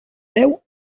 veu